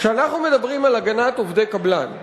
כשאנחנו מדברים על הגנת עובדי קבלן,